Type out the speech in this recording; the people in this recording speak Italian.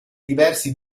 diversi